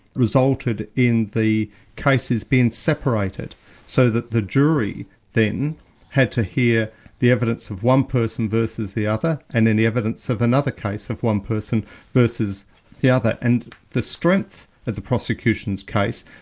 resulted in the cases being separated so that the jury then had to hear the evidence of one person versus the other, and then the evidence of another case of one person versus the other. and the strength of and the prosecution's case,